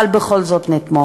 אבל בכל זאת נתמוך בו.